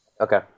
Okay